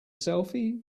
selfie